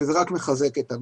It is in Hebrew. וזה רק מחזק את הנקודות.